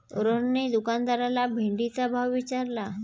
रोहनने दुकानदाराला भेंडीचा भाव विचारला